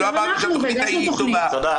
לא אמרתי שהתכנית לא טובה.